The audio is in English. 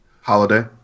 Holiday